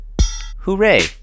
hooray